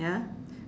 ya